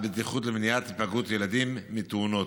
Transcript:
בטיחות ומניעת היפגעות ילדים מתאונות.